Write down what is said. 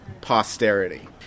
posterity